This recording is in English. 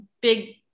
big